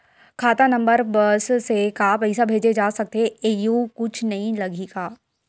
खाता नंबर बस से का पईसा भेजे जा सकथे एयू कुछ नई लगही का?